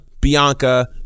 Bianca